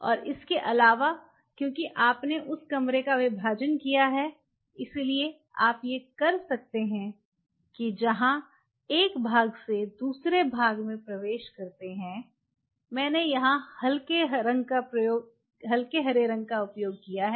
और इसके अलावा क्योंकि आपने उस कमरे का विभाजन किया है इसलिए आप ये कर सकते हैं कि जहाँ एक भाग से दूसरे भाग में प्रवेश करते हैं मैंने यहाँ हल्के हरे रंग का उपयोग किया है